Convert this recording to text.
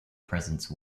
presence